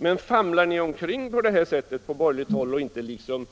Men famlar ni på borgerligt håll omkring på det här sättet och inte